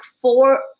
four